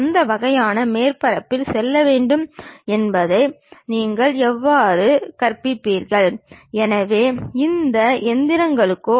எந்தவொரு படத்தையும் விவரிப்பதற்கு ஒட்டுமொத்த பார்வையில் நாம் ஏறியத்தை பயன்படுத்துகிறோம்